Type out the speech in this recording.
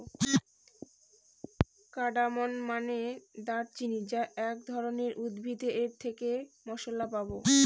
cardamom মানে দারুচিনি যা এক ধরনের উদ্ভিদ এর থেকে মসলা পাবো